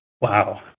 Wow